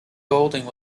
golding